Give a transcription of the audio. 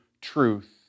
truth